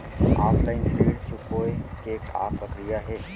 Offline ऋण चुकोय के का प्रक्रिया हे?